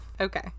Okay